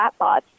chatbots